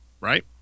right